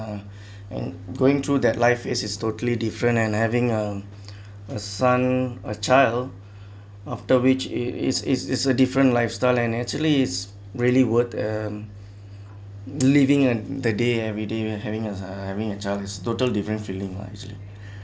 and going through that life is totally different and having a a son a child after which it is is is a different lifestyle and actually is really worth um leaving and the day everyday you having as having a child is total different feeling wisely